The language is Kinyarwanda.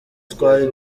twari